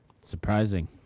Surprising